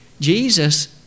jesus